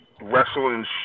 wrestling